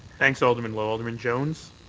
thanks, alderman lowe. alderman jones?